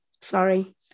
Sorry